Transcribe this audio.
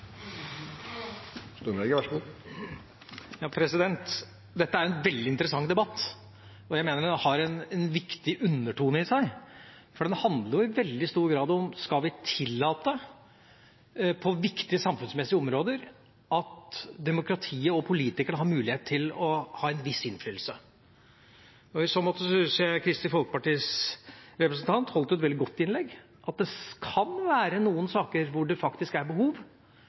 Dette er en veldig interessant debatt. Jeg mener den har en viktig undertone i seg, for den handler i veldig stor grad om vi skal tillate på viktige samfunnsmessige områder at demokratiet og politikerne har mulighet til å ha en viss innflytelse. I så måte syns jeg Kristelig Folkepartis representant holdt et veldig godt innlegg, at det kan være noen saker hvor det faktisk er behov